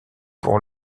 pour